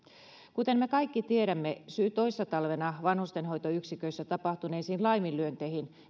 kuten me kaikki tiedämme syyt toissa talvena vanhustenhoitoyksiköissä tapahtuneisiin laiminlyönteihin